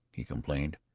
he complained,